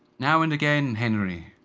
now and again, henry.